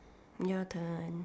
your turn